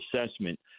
assessment